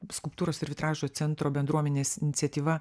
skulptūros ir vitražo centro bendruomenės iniciatyva